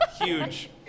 Huge